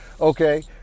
okay